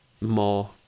more